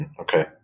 Okay